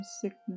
sickness